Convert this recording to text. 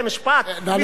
מי שייעדר?